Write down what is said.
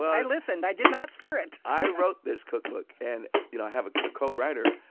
i listened i did not stir it i wrote this cookbook. and you know i have a co-writer,